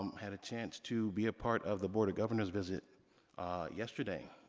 um had a chance to be a part of the board of governor's visit yesterday,